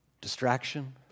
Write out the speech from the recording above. distraction